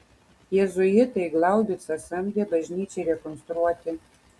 jėzuitai glaubicą samdė bažnyčiai rekonstruoti